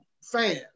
fans